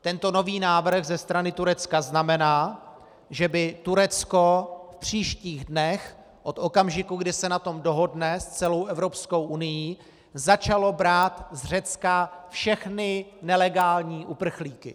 Tento nový návrh ze strany Turecka znamená, že by Turecko v příštích dnech od okamžiku, kdy se na tom dohodne s celou Evropskou unií, začalo brát z Řecka všechny nelegální uprchlíky.